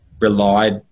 relied